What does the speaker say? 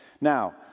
Now